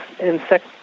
insect